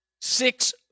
Six